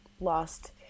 lost